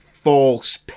false